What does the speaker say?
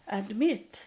admit